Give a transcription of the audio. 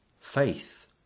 faith